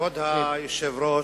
כבוד היושב-ראש,